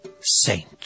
saint